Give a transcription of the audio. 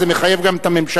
זה מחייב גם את הממשלה.